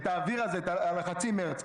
את האוויר הזה על חצי מרץ,